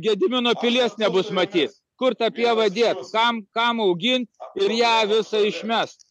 gedimino pilies nebus matyt kur tą pievą dėt kam kam augint ir ją visą išmes